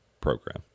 program